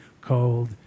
cold